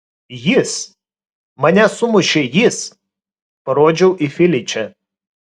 jis mane sumušė jis parodžiau į feličę